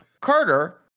Carter